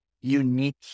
unique